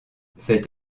cette